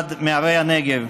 באחת מערי הנגב,